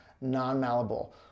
non-malleable